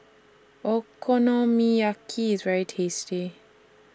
Okonomiyaki IS very tasty